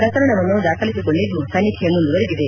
ಪ್ರಕರಣವನ್ನು ದಾಖಲಿಸಿಕೊಂಡಿದ್ದು ತನಿಖೆ ಮುಂದುವರಿದಿದೆ